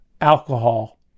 Alcohol